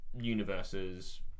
universes